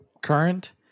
current